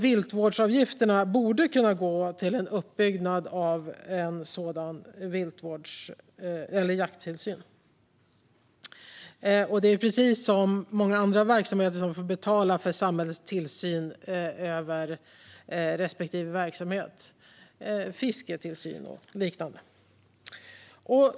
Viltvårdsavgifterna borde kunna gå till en uppbyggnad av en sådan jakttillsyn, precis som det är med många andra verksamheter som får betala för samhällets tillsyn över respektive verksamhet - fisketillsyn och liknande.